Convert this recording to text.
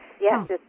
yes